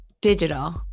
Digital